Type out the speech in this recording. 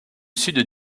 sud